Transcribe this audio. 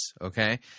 okay